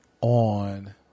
on